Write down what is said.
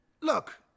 Look